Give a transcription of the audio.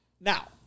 Now